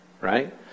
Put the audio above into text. right